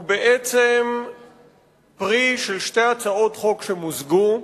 הוא בעצם פרי של שתי הצעות חוק שמוזגו,